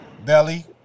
Belly